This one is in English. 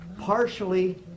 partially